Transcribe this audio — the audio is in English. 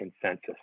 consensus